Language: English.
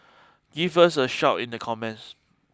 give us a shout in the comments